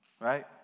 Right